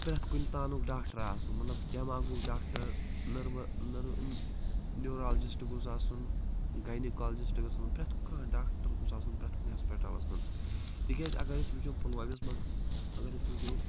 پرٛٮ۪تھ کُنہِ تانُک ڈاکٹَر آسُن مطلب دٮ۪ماغُک ڈاکٹَر نٔروٕ نیوٗرالجِسٹ گوٚژھ آسُن گاینِکالجِسٹ گوٚژھ آسُن پرٛٮ۪تھ کانٛہہ ڈاکٹَر گوٚژھ آسُن پرٛٮ۪تھ کُنہِ ہاسپِٹَلَس مَنٛز تِکیٛازِ اگر أسۍ وٕچھو پُلوٲمِس منٛز اگر أسۍ وٕچھو